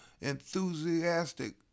enthusiastic